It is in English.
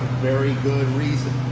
very good reason.